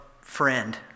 friend